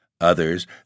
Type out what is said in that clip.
Others